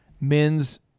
men's